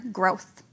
growth